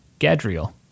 Gadriel